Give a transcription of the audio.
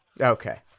okay